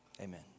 amen